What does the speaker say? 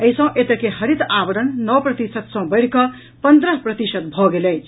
एहि सॅ एतऽ के हरित आवरण नओ प्रतिशत सॅ बढ़िकऽ पन्द्रह प्रतिशत भऽ गेल अछि